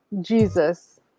jesus